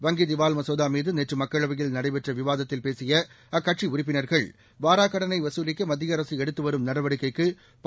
வங்கி திவால் மசோதா மீது நேற்று மக்களவையில் நடைபெற்ற விவாதத்தில் பேசிய அக்கட்சி உறுப்பினர்கள் வாராக்கடனை வசூலிக்க மத்திய அரசு எடுத்து வரும் நடவடிக்கைக்கு பலன் கிடைத்துள்ளதாக தெரிவித்தார்